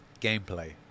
Gameplay